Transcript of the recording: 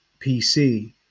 PC